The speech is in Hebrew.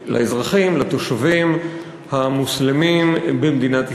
לאזרחים, לתושבים המוסלמים במדינת ישראל,